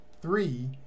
three